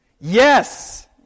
Yes